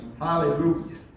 Hallelujah